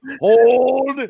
Hold